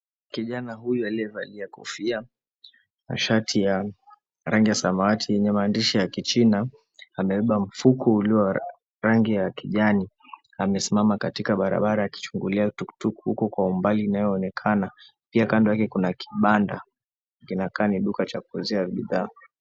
Kijana huyu aliyevalia kofia na shati ya rangi ya samawati yenye maandishi ya kichina amebeba mfuko ulio wa rangi ya kijani. Amesimama katika barabara akichungulia tuktuk huko kwa umbali inayoonekana pia. Kando yake kuna kibanda kinakaa ni duka cha kuuzia bidhaa.